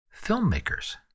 filmmakers